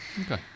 Okay